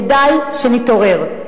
כדאי שנתעורר.